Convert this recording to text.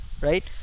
right